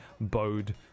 bowed